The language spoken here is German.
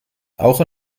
auch